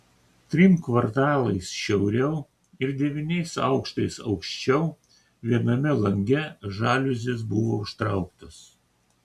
trim kvartalais šiauriau ir devyniais aukštais aukščiau viename lange žaliuzės buvo užtrauktos